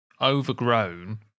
overgrown